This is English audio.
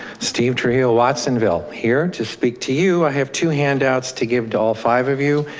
steve trejo watsonville, here to speak to you. i have two handouts to give to all five of you.